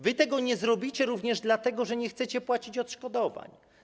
Wy tego nie zrobicie również dlatego, że nie chcecie płacić odszkodowań.